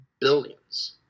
billions